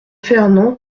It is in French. fernand